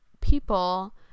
people